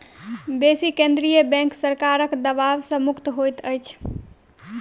बेसी केंद्रीय बैंक सरकारक दबाव सॅ मुक्त होइत अछि